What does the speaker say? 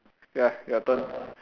ya your turn